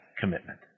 commitment